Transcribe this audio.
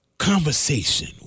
conversation